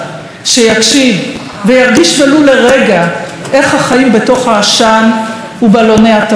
שיקשיב וירגיש ולו לרגע איך החיים בתוך העשן ובלוני התבערה.